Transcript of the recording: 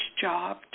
job